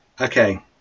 Okay